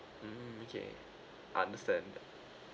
mm okay I understand